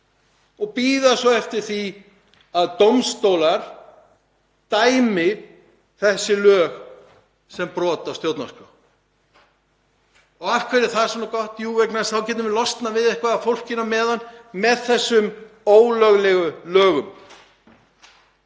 og bíða svo eftir því að dómstólar dæmi þessi lög sem brot á stjórnarskrá. Og af hverju er það svona gott? Jú, vegna þess að þá getum við losnað við eitthvað af fólkinu á meðan með þessum ólöglegu lögum.